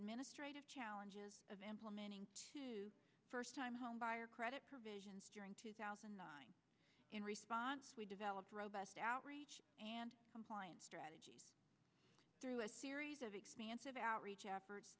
administrative challenges of implementing to first time home buyer credit provisions during two thousand and nine in response we developed a robust outreach and compliance strategy through a series of expansive outreach efforts